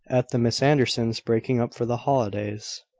at the miss andersons' breaking-up for the holidays.